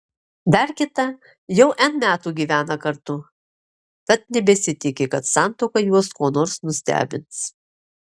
dar kita jau n metų gyvena kartu tad nebesitiki kad santuoka juos kuo nors nustebins